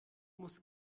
muss